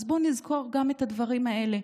אז בואו נזכור גם את הדברים האלה.